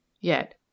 Yet